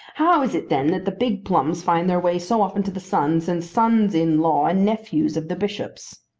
how is it then that the big plums find their way so often to the sons and sons-in-law and nephews of the bishops?